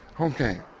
Okay